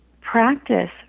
practice